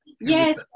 yes